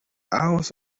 hours